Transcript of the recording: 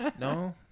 No